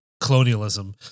colonialism